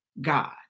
God